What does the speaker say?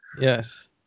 Yes